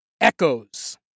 echoes